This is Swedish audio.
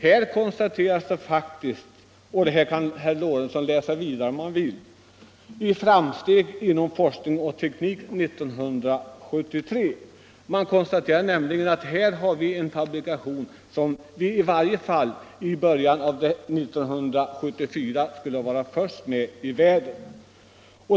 I Framsteg inom forskning och teknik 1973 konstateras faktiskt — herr Lorentzon kan själv läsa vidare om han vill — att vi har en fabrikation som vi i början av 1974 skulle vara först med i världen.